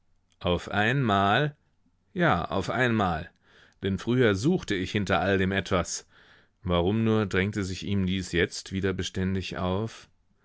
auf einmal ja auf einmal denn früher suchte ich hinter all dem etwas warum nur drängte sich ihm dies jetzt wieder beständig auf